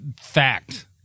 fact